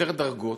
יותר דרגות,